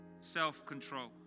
self-control